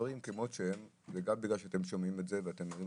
הדברים כמות שהם וגם בגלל שאתם שומעים את הציבור.